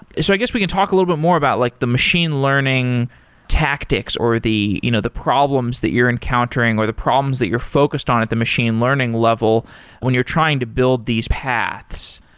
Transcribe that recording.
so i guess, we can talk a little bit more about like the machine learning tactics, or the you know the problems that you're encountering, or the problems that you're focused on at the machine learning level when you're trying to build these paths.